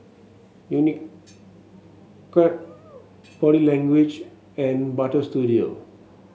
Unicurd Body Language and Butter Studio